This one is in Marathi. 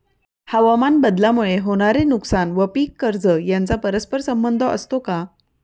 हवामानबदलामुळे होणारे नुकसान व पीक कर्ज यांचा परस्पर संबंध असतो का?